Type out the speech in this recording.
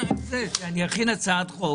אכין הצעת חוק